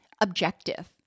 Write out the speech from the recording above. objective